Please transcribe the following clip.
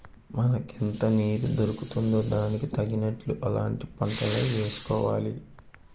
మనకెంత నీరు దొరుకుతుందో దానికి తగినట్లు అలాంటి పంటలే వేసుకోవాలి